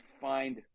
find